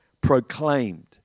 proclaimed